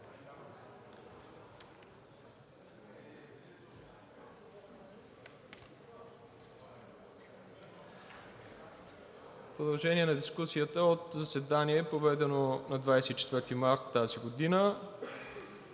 Продължение на дискусията от заседание, проведено на 24 март тази година.